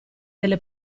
delle